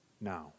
now